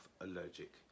allergic